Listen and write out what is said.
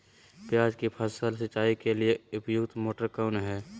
प्याज की फसल सिंचाई के लिए उपयुक्त मोटर कौन है?